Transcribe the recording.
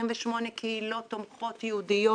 28 קהילות תומכות ייעודיות